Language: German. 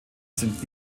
sind